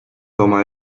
oma